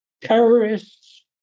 terrorists